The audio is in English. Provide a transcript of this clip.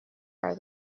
are